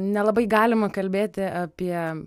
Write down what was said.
nelabai galima kalbėti apie